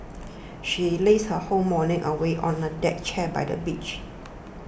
she lazed her whole morning away on a deck chair by the beach